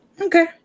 Okay